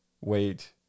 wait